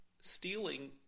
Stealing